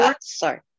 Sorry